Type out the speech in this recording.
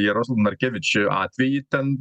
jaroslav narkevič atvejį ten